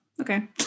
Okay